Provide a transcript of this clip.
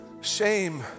shame